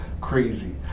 crazy